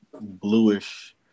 bluish